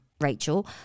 Rachel